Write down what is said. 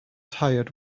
tired